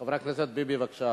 חבר הכנסת אריה ביבי, בבקשה.